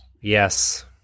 Yes